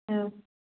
ହଉ